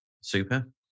Super